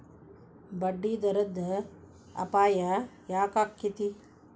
ಬಡ್ಡಿದರದ್ ಅಪಾಯ ಯಾಕಾಕ್ಕೇತಿ?